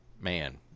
Man